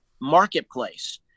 marketplace